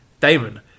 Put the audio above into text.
Damon